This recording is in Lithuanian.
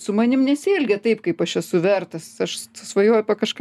su manim nesielgia taip kaip aš esu vertas aš svajoju apie kažką